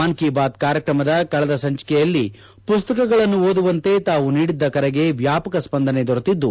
ಮನ್ ಕಿ ಬಾತ್ ಕಾರ್ಯಕ್ರಮದ ಕಳೆದ ಸಂಚಿಕೆಯಲ್ಲಿ ಪುಸ್ತಕಗಳನ್ನು ಓದುವಂತೆ ತಾವು ನೀಡಿದ್ದ ಕರೆಗೆ ವ್ಯಾಪಕ ಸ್ಪಂದನೆ ದೊರೆತಿದ್ದು